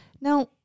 Now